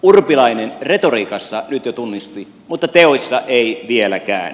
urpilainen retoriikassa nyt jo tunnusti mutta teoissa ei vieläkään